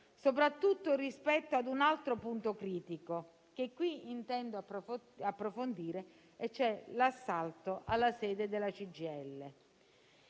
soprattutto rispetto a un altro punto critico che qui intendo approfondire, ossia l'assalto alla sede della CGIL.